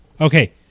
okay